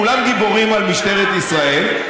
כולם גיבורים על משטרת ישראל,